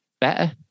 better